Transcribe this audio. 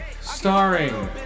Starring